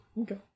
okay